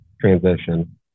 transition